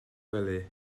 wely